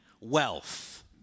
wealth